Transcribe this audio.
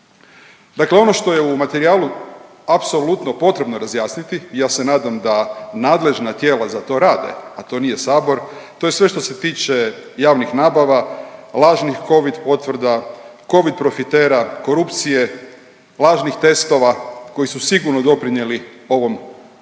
Dakle ono što je u materijalu apsolutno potrebno razjasniti i ja se nadam da nadležna tijela za to rade, a to nije Sabor, to je sve što se tiče javnih nabava, lažnih Covid potvrda, Covid profitera, korupcije, lažnih testova koji su sigurno doprinijeli ovom broju